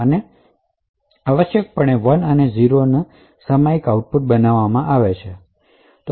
તે 1 અને 0 ના પિરિયોડિક આઉટપુટ બનાવે છે